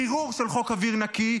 חירור של חוק אוויר נקי,